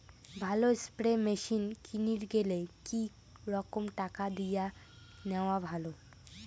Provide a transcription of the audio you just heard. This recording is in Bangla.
ভালো স্প্রে মেশিন কিনির গেলে কি রকম টাকা দিয়া নেওয়া ভালো?